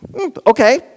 okay